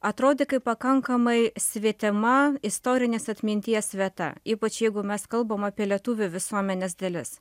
atrodė kaip pakankamai svetima istorinės atminties vieta ypač jeigu mes kalbam apie lietuvių visuomenės dalis